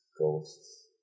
ghosts